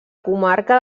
comarca